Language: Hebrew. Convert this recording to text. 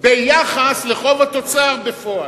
ביחס לחוב תוצר בפועל.